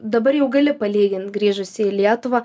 dabar jau gali palygint grįžusi į lietuvą